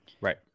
right